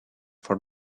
for